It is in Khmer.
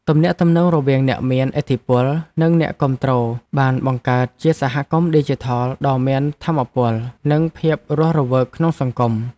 ទំនាក់ទំនងរវាងអ្នកមានឥទ្ធិពលនិងអ្នកគាំទ្របានបង្កើតជាសហគមន៍ឌីជីថលដ៏មានថាមពលនិងភាពរស់រវើកក្នុងសង្គម។